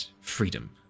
Freedom